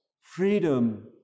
freedom